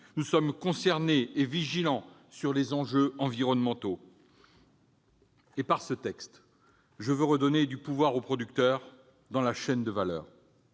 Nous sommes concernés et vigilants sur les enjeux environnementaux. Grâce à ce texte, je veux redonner du pouvoir aux producteurs dans la chaîne de valeur.